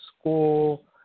school